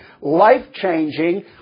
life-changing